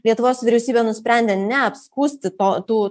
lietuvos vyriausybė nusprendė neapskųsti to tų